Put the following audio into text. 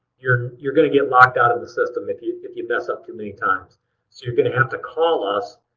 you're you're going to get locked out of the system if you if you mess up too many times. so you're going to have to call us,